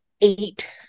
eight-